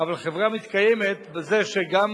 אבל חברה מתקיימת בזה שגם